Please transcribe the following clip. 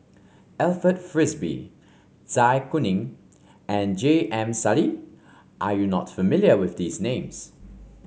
Alfred Frisby Zai Kuning and J M Sali are you not familiar with these names